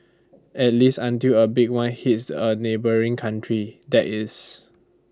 at least until A big one hits A neighbouring country that is